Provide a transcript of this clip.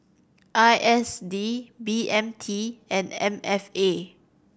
I S D B M T and M F A